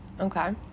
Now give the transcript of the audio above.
Okay